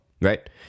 Right